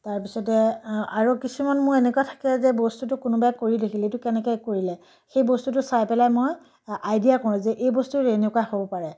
তাৰ পিছতে আৰু কিছুমান মোৰ এনেকুৱা থাকে যে বস্তুটো কোনোবাই কৰি দেখিলে এইটো কেনেকৈ কৰিলে সেই বস্তুটো চাই পেলাই মই আইডিয়া কৰোঁ যে এই বস্তুটো এনেকুৱা হ'ব পাৰে